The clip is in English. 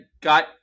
got